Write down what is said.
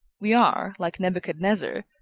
we are, like nebuchadnezzar,